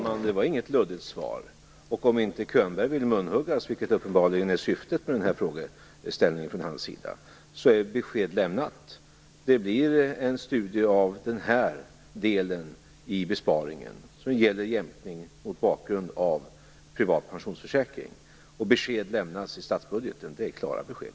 Fru talman! Det var inget luddigt svar. Om Bo Könberg inte vill munhuggas, vilket dock uppenbarligen är syftet med frågan från hans sida, kan jag bara säga att besked är lämnat: Det blir en studie av den här delen i besparingen som gäller jämkning mot bakgrund av privat pensionsförsäkring. Besked lämnas i statsbudgeten. Det är klara besked.